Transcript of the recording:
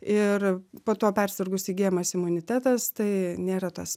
ir po to persirgus įgyjamas imunitetas tai nėra tas